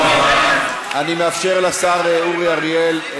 אני פונה מכאן לשר החינוך,